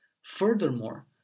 Furthermore